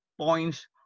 points